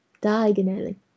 Diagonally